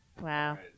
wow